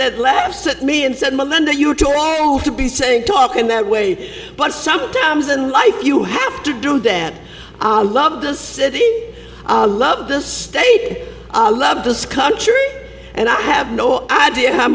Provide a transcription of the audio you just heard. that laughs at me and said melinda you are too old to be saying talk in that way but sometimes in life you have to do that love the city love this state i love this country and i have no idea how